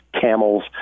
camels